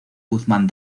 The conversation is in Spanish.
guzmán